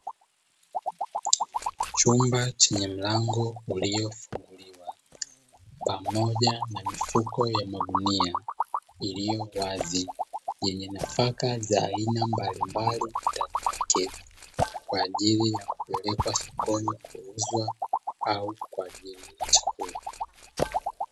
Chumba chenye mlango uliofunguliwa pamoja na mifuko ya magunia iliyowazi yenye nafaka za aina mbalimbali, ndani yake kwajili ya kupelekwa sokoni kuuzwa au kwajili ya chakula.